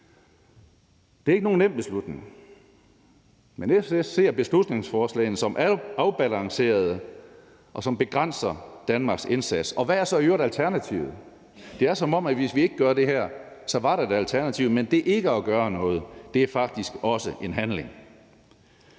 Det er ikke nogen nem beslutning, men SF ser beslutningsforslagene som afbalancerede og som nogle, der begrænser Danmarks indsats. Hvad er så i øvrigt alternativet? Det er, som om der, hvis vi ikke gjorde det her, var et alternativ, men det ikke at gøre noget er faktisk også en handling.